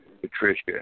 Patricia